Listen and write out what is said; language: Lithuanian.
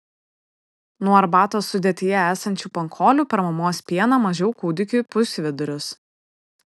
nuo arbatos sudėtyje esančių pankolių per mamos pieną mažiau kūdikiui pūs vidurius